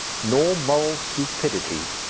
nor moral stupidity,